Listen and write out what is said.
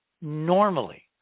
normally